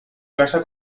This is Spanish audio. casa